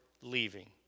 leaving